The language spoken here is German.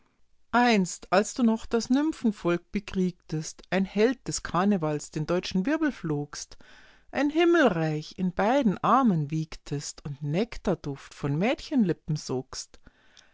einst als du noch das nymphenvolk bekriegtest ein held des karnevals den deutschen wirbel flogst ein himmelreich in beiden armen wiegtest und nektarduft von mädchenlippen